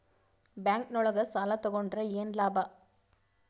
Bank ನೊಳಗ ಸಾಲ ತಗೊಂಡ್ರ ಏನು ಲಾಭ?